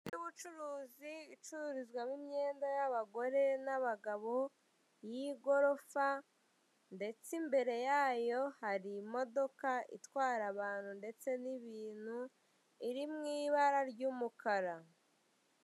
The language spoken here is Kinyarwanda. Inzu y'ubucuruzi icururizwamo imwenda y'abagore n'abagabo y'igorofa ndetse imbere yayo hari n'imodoka itwara abantu ndetse n'ibintu iri mu ibara ry'umukara.